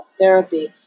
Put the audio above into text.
therapy